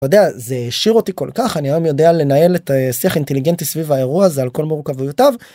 זה העשיר אותי כל כך אני היום יודע לנהל את השיח אינטליגנטי סביב האירוע זה על כל מורכבותיו.